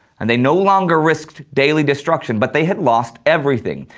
and they no longer risked daily destruction, but they had lost everything,